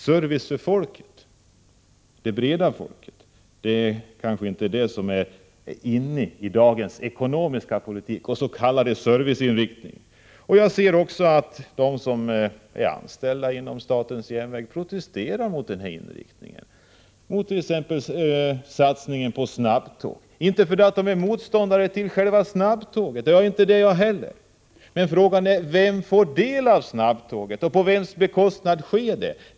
Service för folket, för de breda folklagren, är kanske inte ”inne” i dagens ekonomiska politik och s.k. serviceinriktning. De som är anställda vid statens järnvägar protesterar mot denna inriktning, mot t.ex. satsningen på snabbtåg. Det gör de inte därför att de är motståndare till själva snabbtåget — det är inte jag heller — utan därför att frågan är: Vem får nytta och glädje av snabbtågen och på vems bekostnad sker satsningen på snabbtåg?